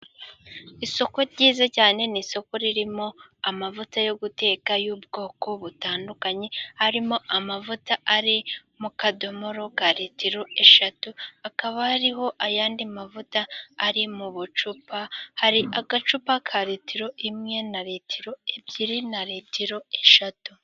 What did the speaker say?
Isoko ryiza cyane, ni isoko ririmo amavuta yo guteka y'ubwoko butandukanye, harimo amavuta ari mu kadomoro ka ritiro eshatu, hakaba hariho ayandi mavuta ari mu bucupa, hakaba hariho agacupa ka ritiro imwe, na ritiro ebyiri, na ritiro eshatu.